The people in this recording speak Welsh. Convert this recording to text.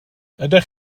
ydych